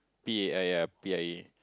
P_A_I yea P_I_E